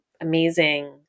amazing